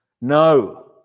no